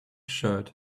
shirt